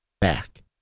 back